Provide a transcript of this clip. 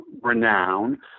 renown